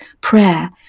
prayer